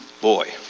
boy